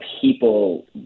people